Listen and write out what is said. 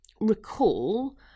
recall